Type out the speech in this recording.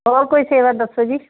ਹੋਰ ਕੋਈ ਸੇਵਾ ਦੱਸੋ ਜੀ